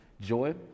joy